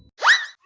well